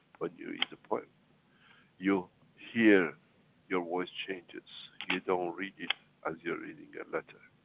when you read a poem you hear your voice changes. you don't read it as you're reading a letter,